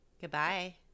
goodbye